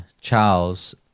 Charles